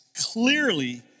clearly